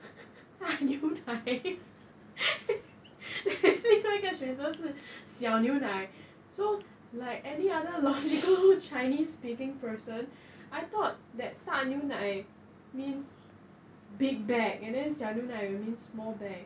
大牛奶 then 另外一个选择是小牛奶 so like any other logical chinese speaking person I thought that 大牛奶 means big bag and 小牛奶 mean small bag